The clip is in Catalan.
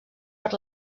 per